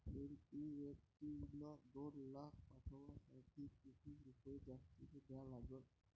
NEFT न दोन लाख पाठवासाठी किती रुपये जास्तचे द्या लागन?